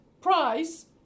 price